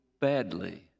badly